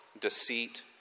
deceit